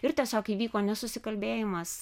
ir tiesiog įvyko nesusikalbėjimas